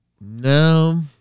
no